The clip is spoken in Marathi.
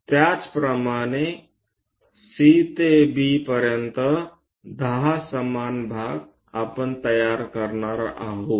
त्याचप्रमाणे C ते B पर्यंत 10 समान भाग आपण तयार करणार आहोत